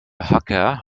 hacker